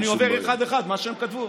הרי אני עובר אחד-אחד על מה שהם כתבו,